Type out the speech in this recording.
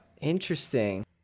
Interesting